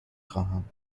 خواهم